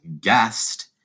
guest